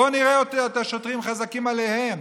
בואו נראה את השוטרים חזקים עליהם.